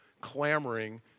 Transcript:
clamoring